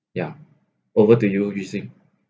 ya over to you